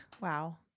wow